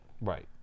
Right